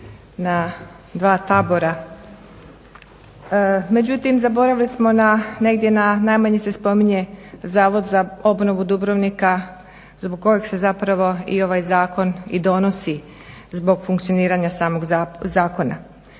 Hvala i vama.